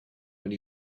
when